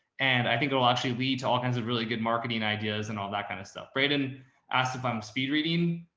and i think it will actually lead to all kinds of really good marketing ideas and all that kind of stuff. brayden asked if i'm speed reading,